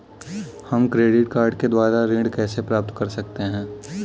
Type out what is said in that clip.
हम credit card के द्वारा ऋण कैसे प्राप्त कर सकते हैं?